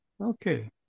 Okay